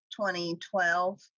2012